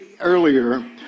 earlier